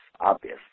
obvious